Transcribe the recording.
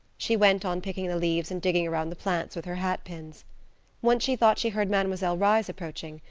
she went on picking the leaves and digging around the plants with her hat pin. once she thought she heard mademoiselle reisz approaching.